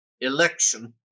election